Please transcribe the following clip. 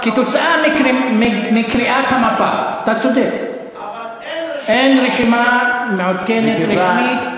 איך אתה יודע את הרשימה של הכפרים הבדואיים?